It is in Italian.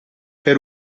per